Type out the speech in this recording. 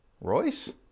Royce